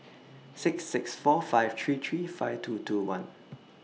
six six four five three three five two two one